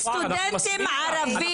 כשנכנסתי לאוניברסיטה מייד לאחר הדבר הזה,